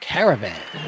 Caravan